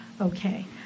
Okay